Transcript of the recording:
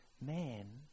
Man